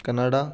Canada